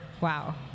Wow